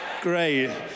Great